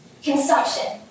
Consumption